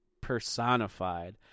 personified